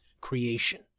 creation